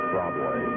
Broadway